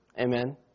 Amen